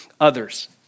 others